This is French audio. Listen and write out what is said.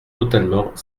totalement